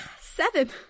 Seven